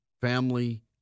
family